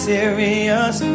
serious